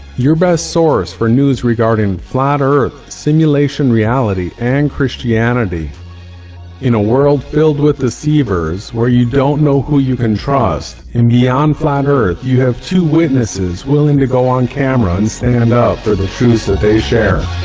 your best source for news regarding flatter simulation reality and christianity in a world filled with deceivers where you don't know who you can trust in beyond flat earth you have two witnesses willing to go on camera and stand up for the foods that they share